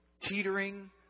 teetering